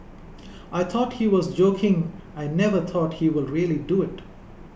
I thought he was joking I never thought he will really do it